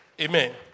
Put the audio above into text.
Amen